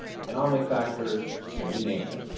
economic factors, you know you name it.